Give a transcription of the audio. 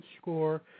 score